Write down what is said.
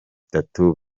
itatu